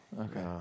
Okay